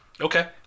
Okay